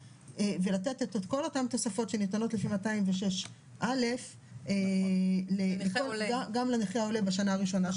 ולתת את כל אותן תוספות שניתנות לפי 206א גם לנכה העולה בשנה הראשונה.